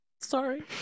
Sorry